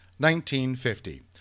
1950